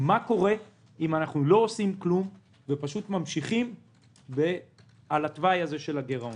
מה קורה אם אנחנו לא עושים כלום וממשיכים בתוואי הזה של הגירעון.